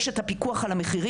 יש את הפיקוח על המחירים.